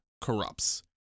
corrupts